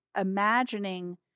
imagining